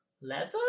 leather